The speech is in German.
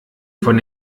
von